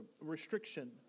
restriction